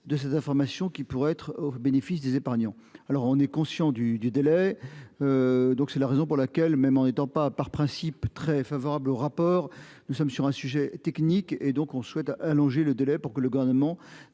de cette information qui pourrait être au bénéfice des épargnants. Alors on est conscient du du délai. Donc c'est la raison pour laquelle, même en étant pas par principe très favorable au rapport. Nous sommes sur un sujet technique et donc on souhaite allonger le délai pour que le gouvernement